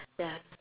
ya